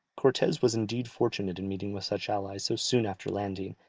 cortes was indeed fortunate in meeting with such allies so soon after landing,